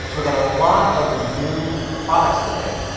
so we got a lot of new products today.